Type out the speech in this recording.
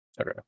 Okay